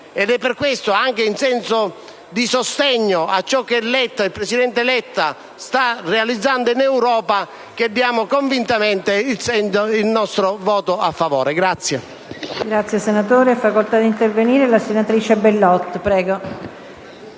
Ed è per questo che, anche in senso di sostegno a ciò che il presidente Letta sta realizzando in Europa, daremo convintamente il nostro voto a favore.